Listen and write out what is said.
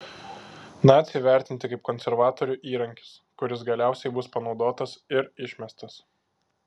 naciai vertinti kaip konservatorių įrankis kuris galiausiai bus panaudotas ir išmestas